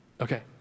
Okay